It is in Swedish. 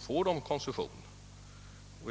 får de koncession.